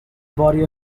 body